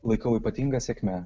laikau ypatinga sėkme